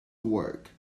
work